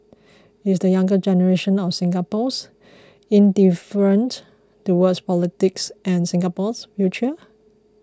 is the younger generation of Singaporeans indifferent towards politics and Singapore's future